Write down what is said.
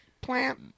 plant